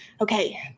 Okay